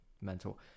mental